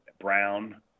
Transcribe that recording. Brown